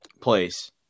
place